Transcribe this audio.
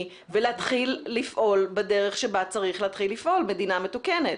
ולהתחיל לפעול בדרך שבה צריך להתחיל לפעול במדינה מתוקנת.